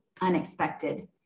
unexpected